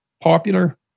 popular